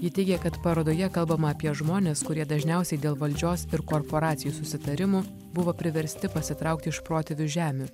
ji teigia kad parodoje kalbama apie žmones kurie dažniausiai dėl valdžios ir korporacijų susitarimų buvo priversti pasitraukti iš protėvių žemių